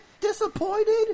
disappointed